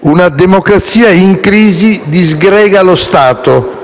Una democrazia in crisi disgrega lo Stato,